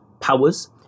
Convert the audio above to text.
powers